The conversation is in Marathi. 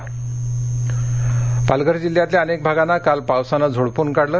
पाऊस पालघर पालघर जिल्ह्यातल्या अनेक भागांना काल पावसानं झोडपून काढलं